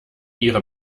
ihre